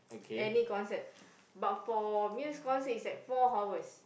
any concert but for this concert is like four hours